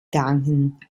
danken